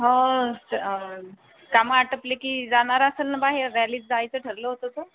हो तर कामं आटोपले की जाणार असाल न बाहेर रॅलीत जायचं ठरलं होतं तर